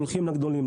הולכים לגדולים.